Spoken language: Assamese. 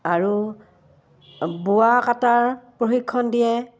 আৰু বোৱা কটাৰ প্ৰশিক্ষণ দিয়ে